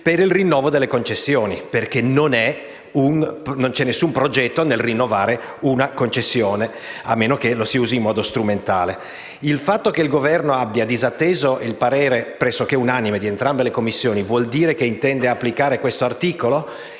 per il rinnovo delle concessioni, perché non c'è alcun progetto nel rinnovare una concessione, a meno che non lo si usi in modo strumentale. Il fatto che il Governo abbia disatteso il parere pressoché unanime di entrambe le Commissioni vuol dire che intende applicare questo articolo?